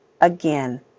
Again